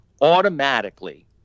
automatically